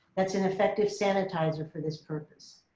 that's an effective sanitizer for this purpose.